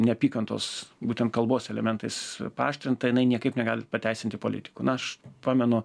neapykantos būtent kalbos elementais paaštrinta jinai niekaip negali pateisinti politikų na aš pamenu